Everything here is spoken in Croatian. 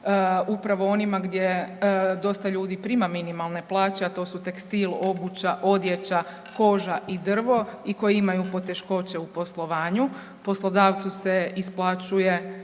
upravo onima gdje dosta ljudi prima minimalne plaće, a to su tekstil, obuća, odjeća, koža i drvo i koji imaju poteškoće u poslovanju. Poslodavcu se isplaćuje